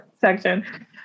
section